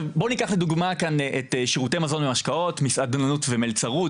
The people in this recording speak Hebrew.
בואו ניקח שירותי מזון ומשקאות, מסעדנות ומלצרות.